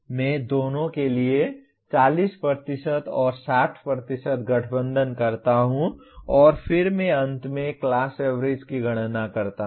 मैं दोनों के लिए 40 और 60 गठबंधन करता हूं और फिर मैं अंत में क्लास एवरेज की गणना करता हूं